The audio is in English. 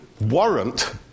warrant